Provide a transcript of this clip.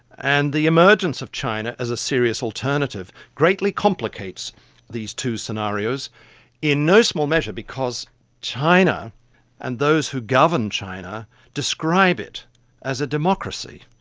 and the emergence of china as a serious alternative greatly complicates these two scenarios in no small measure because china and those who govern china describe it as a democracy.